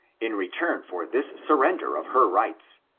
in return for this surrender of her rights,